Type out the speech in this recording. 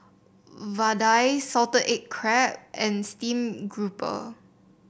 Vadai Salted Egg Crab and Steamed Grouper